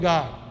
God